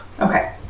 Okay